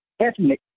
ethnic